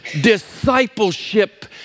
discipleship